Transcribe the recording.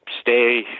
stay